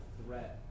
threat